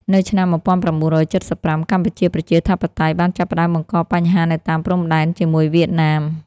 នៅឆ្នាំ ១៩៧៥ កម្ពុជាប្រជាធិបតេយ្យបានចាប់ផ្តើមបង្កបញ្ហានៅតាមព្រំដែនជាមួយវៀតណាម។